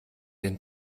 den